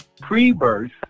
pre-birth